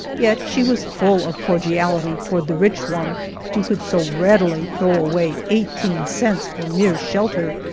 yet she was full of cordiality toward the rich one who could so readily throw away eigh teen cents for mere shelter,